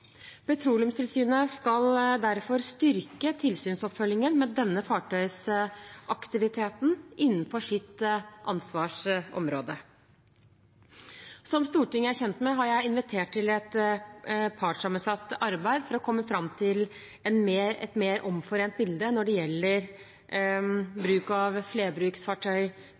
Petroleumstilsynet skal derfor styrke tilsynsoppfølgingen med denne fartøysaktiviteten innenfor sitt ansvarsområde. Som Stortinget er kjent med, har jeg invitert til et partssammensatt arbeid for å komme fram til et mer omforent bilde når det gjelder bruk av flerbruksfartøy